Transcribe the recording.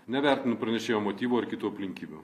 nevertinu pranešėjo motyvų ar kitų aplinkybių